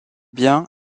bien